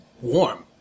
warm